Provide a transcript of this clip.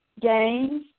games